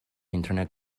internet